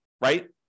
right